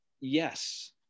Yes